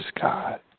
God